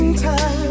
time